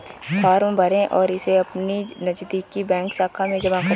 form भरें और इसे अपनी नजदीकी बैंक शाखा में जमा करें